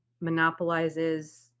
monopolizes